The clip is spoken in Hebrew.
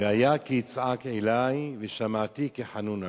והיה כי יצעק אלי ושמעתי כי חנון אני".